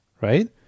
Right